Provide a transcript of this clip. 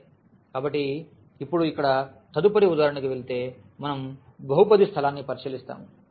సరే కాబట్టి ఇప్పుడు ఇక్కడ తదుపరి ఉదాహరణకి వెళితే మనం బహుపది స్థలాన్ని పరిశీలిస్తాము